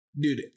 Dude